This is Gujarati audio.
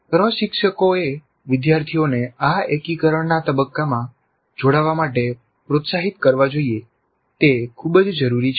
પ્રશિક્ષકોએ વિદ્યાર્થીઓને આ એકીકરણના તબક્કામાં જોડાવા માટે પ્રોત્સાહિત કરવા જોઈએ તે ખૂબ જ જરૂરી છે